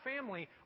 family